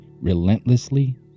relentlessly